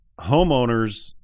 homeowners